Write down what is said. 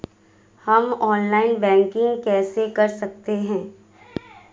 हम online banking कैसे कर सकते हैं?